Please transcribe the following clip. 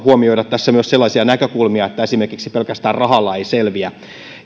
tässä myös sellaisia näkökulmia että esimerkiksi pelkästään rahalla ei selviä